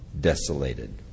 desolated